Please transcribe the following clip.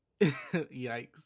Yikes